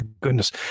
goodness